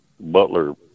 Butler